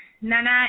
Nana